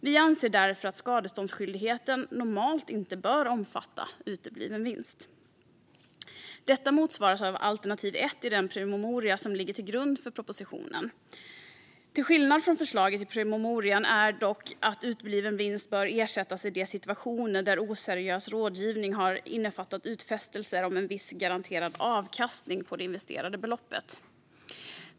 Vi anser därför att skadeståndsskyldigheten normalt inte bör omfatta utebliven vinst. Detta motsvaras av alternativ ett i den promemoria som ligger till grund för propositionen. En skillnad från förslaget i promemorian är dock att utebliven vinst bör ersättas i de situationer där oseriös rådgivning har innefattat utfästelser om en viss garanterad avkastning på det investerade beloppet.